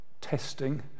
testing